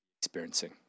experiencing